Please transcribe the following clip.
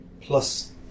plus